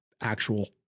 actual